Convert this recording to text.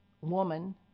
woman